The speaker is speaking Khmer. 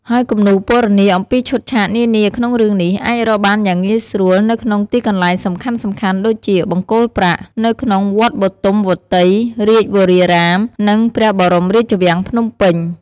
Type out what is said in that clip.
ហើយគំនូរពណ៌នាអំពីឈុតឆាកនានាក្នុងរឿងនេះ អាចរកបានយ៉ាងងាយស្រួលនៅក្នុងទីកន្លែងសំខាន់ៗដូចជា បង្គោលប្រាក់ នៅក្នុង វត្តបទុមវតីរាជវរារាម និង ព្រះបរមរាជវាំងភ្នំពេញ។